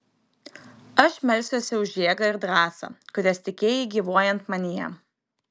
aš melsiuosi už jėgą ir drąsą kurias tikėjai gyvuojant manyje